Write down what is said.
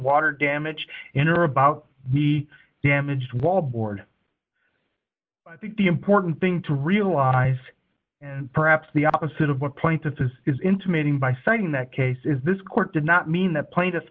water damage in or about the damaged wallboard i think the important thing to realize and perhaps the opposite of what plaintiff is is intimating by citing that case is this court did not mean that pla